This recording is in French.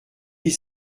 huit